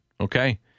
Okay